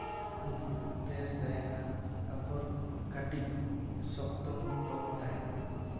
ᱵᱮᱥ ᱛᱟᱦᱮᱱᱟ ᱛᱟᱨᱯᱚᱨ ᱠᱟᱹᱴᱤᱡ ᱥᱚᱠᱛᱚ ᱢᱚᱠᱛᱚᱢ ᱛᱟᱦᱮᱱᱟ